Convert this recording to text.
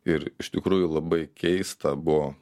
ir iš tikrųjų labai keista buvo